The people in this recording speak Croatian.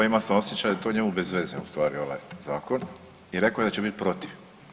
Imao sam osjećaj da je to njemu bez veze u stvari ovaj zakon i rekao je da će biti protiv.